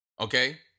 okay